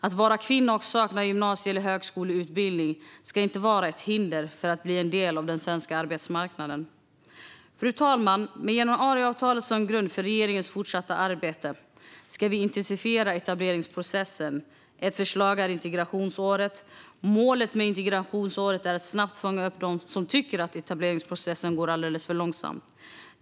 Att vara kvinna och sakna gymnasie eller högskoleutbildning ska inte vara ett hinder för att bli en del av den svenska arbetsmarknaden. Fru talman! Med januariavtalet som grund för regeringens fortsatta arbete ska vi intensifiera etableringsprocessen. Ett förslag är integrationsåret. Målet med integrationsåret är att snabbt fånga upp dem som tycker att etableringsprocessen går alldeles för långsamt.